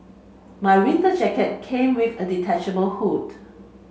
my winter jacket came with a detachable hood